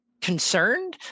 concerned